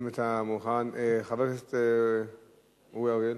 אם אתה מוכן, חבר הכנסת אורי אריאל,